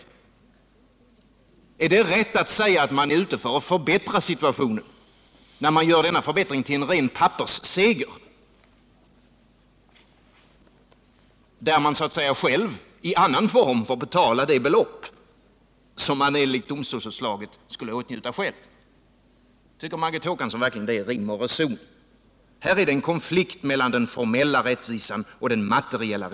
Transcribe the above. Är det rätt att säga att man är ute för att förbättra situationen när man gör denna förbättring till en ren pappersseger, som betyder att den underhållsskyldige i annan form får betala det belopp som han enligt domstolsutslaget skulle åtnjuta själv? Tycker Margot Håkansson verkligen att det är rim och reson? Här är det en konflikt mellan den formella rättvisan och den materiella.